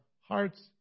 hearts